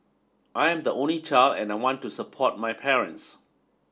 I am the only child and I want to support my parents